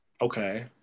Okay